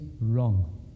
wrong